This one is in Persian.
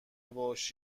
ﺧﻮﺭﺩﯾﻢ